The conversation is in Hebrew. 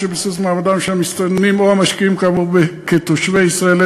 של ביסוס מעמדם של המסתננים או המשקיעים כאמור כתושבי ישראל,